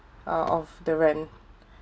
out of the rent